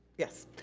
yes,